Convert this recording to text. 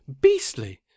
Beastly